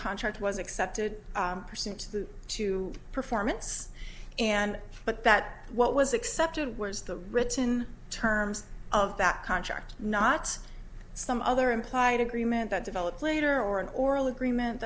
contract was accepted percent to performance and but that what was accepted was the written terms of that contract not some other implied agreement that developed later or an oral agreement